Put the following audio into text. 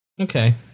Okay